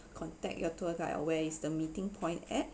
contact your tour guide on where is the meeting point at